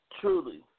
truly